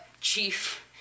chief